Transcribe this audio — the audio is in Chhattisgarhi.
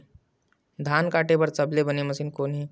धान काटे बार सबले बने मशीन कोन हे?